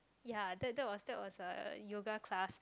ya that that was that was a yoga class